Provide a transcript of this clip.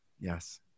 yes